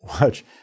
watch